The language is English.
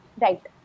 Right